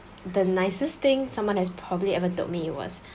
the nicest thing someone has probably ever told me was